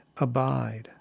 abide